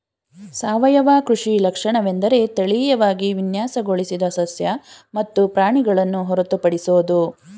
ಸಾವಯವ ಕೃಷಿ ಲಕ್ಷಣವೆಂದರೆ ತಳೀಯವಾಗಿ ವಿನ್ಯಾಸಗೊಳಿಸಿದ ಸಸ್ಯ ಮತ್ತು ಪ್ರಾಣಿಗಳನ್ನು ಹೊರತುಪಡಿಸೋದು